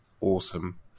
awesome